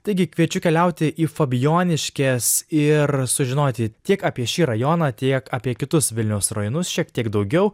taigi kviečiu keliauti į fabijoniškes ir sužinoti tiek apie šį rajoną tiek apie kitus vilniaus rajonus šiek tiek daugiau